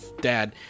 dad